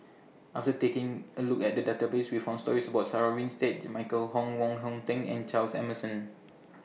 after taking A Look At The Database We found stories about Sarah Winstedt Michael Wong Hong Teng and Charles Emmerson